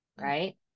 Right